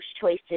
choices